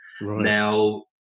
now